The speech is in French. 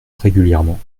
régulièrement